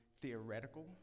theoretical